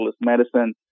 medicine